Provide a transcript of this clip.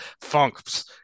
funks